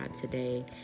today